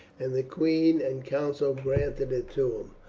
and the queen and council granted it to him.